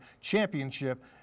Championship